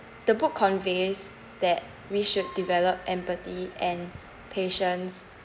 the book conveys that we should develop empathy and patience